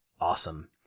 awesome